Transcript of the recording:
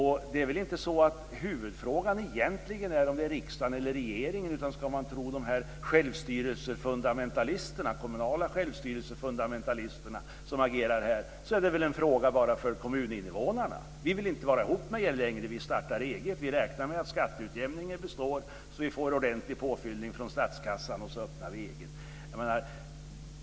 Huvudfrågan gäller väl egentligen inte riksdagen eller regeringen, utan ska man tro de kommunala självstyrelsefundamentalister som agerar här är det väl bara en fråga för kommuninvånarna: Vi vill inte vara ihop med er längre. Vi startar eget. Vi räknar med att skatteutjämningen består, så att vi får ordentlig påfyllning från statskassan, och så öppnar vi eget.